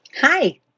Hi